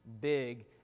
big